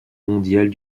mondiales